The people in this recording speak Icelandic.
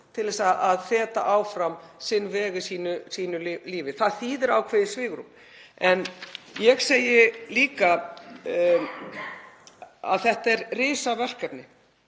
til að feta áfram sinn veg í sínu lífi. Það þýðir ákveðið svigrúm. En ég segi líka að þetta er risaverkefni.